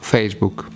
Facebook